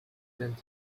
tend